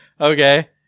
Okay